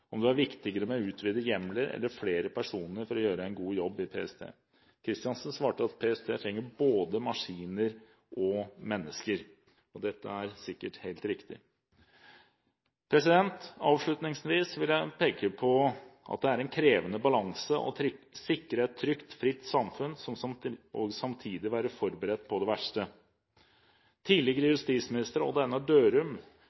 om det var viktigere med utvidede hjemler eller flere personer for å gjøre en god jobb i PST. Kristiansen svarte at PST trenger «både maskiner og mennesker», og dette er sikkert riktig. Avslutningsvis vil jeg peke på at det er en krevende balanse å sikre et trygt, fritt samfunn og samtidig være forberedt på det verste. Tidligere